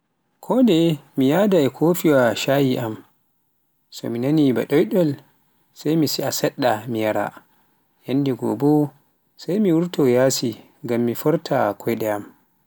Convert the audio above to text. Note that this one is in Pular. kondeye mida e kofiwa cay an, so mi nani ba ɗaanol sai si'a seɗɗe, mi yara, yandegoo bo sai mi wurto yaasi ngam mi forta koyɗe am.